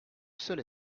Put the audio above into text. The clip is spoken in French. seul